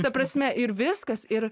ta prasme ir viskas ir